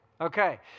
Okay